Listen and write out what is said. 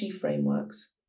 frameworks